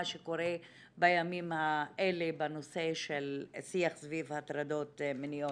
שקורה בימים האלה בנושא של שיח סביב הטרדות מיניות.